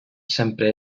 sempre